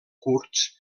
kurds